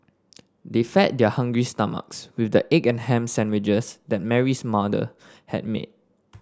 they fed their hungry stomachs with the egg and ham sandwiches that Mary's mother had made